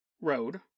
road